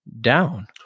down